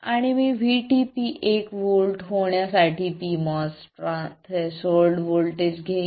आणि मी VTP एक व्होल्ट होण्यासाठी pMOS थ्रेशोल्ड व्होल्टेज घेईन